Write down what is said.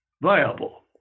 viable